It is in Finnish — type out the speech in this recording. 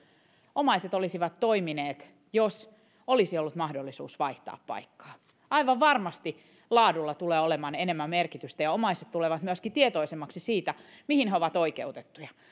omaiset olisivat toimineet jos olisi ollut mahdollisuus vaihtaa paikkaa aivan varmasti laadulla tulee olemaan enemmän merkitystä ja omaiset tulevat myöskin tietoisemmaksi siitä mihin he ovat oikeutettuja